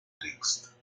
denkst